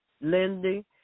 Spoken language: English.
Lindy